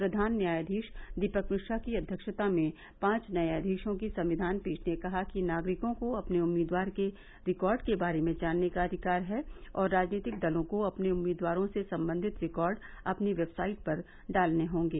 प्रधान न्यायाधीश दीपक मिश्रा की अध्यक्षता में पांच न्यायाधीशों की संविधान पीठ ने कहा कि नागरिकों को अपने उम्मीदवार के रिकॉर्ड के बारे में जानने का अधिकार है और राजनीतिक दलों को अपने उम्मीदवारों से संबंधित रिकॉर्ड अपनी वेबसाइट पर डालने होंगे